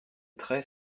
traits